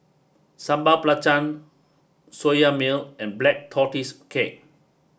Sambal Belacan Soya Milk and Black Tortoise Cake